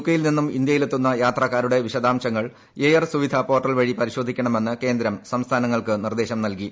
K യിൽ നിന്നും ഇന്ത്യയിലെത്തുന്ന യാത്രക്കാരുടെ വിശദാംശങ്ങൾ എയർ സുവിധ പോർട്ടൽ വഴി പരിശോധിക്കണമെന്ന് കേന്ദ്രം സംസ്ഥാനങ്ങൾക്ക് നിർദ്ദേശം നൽകി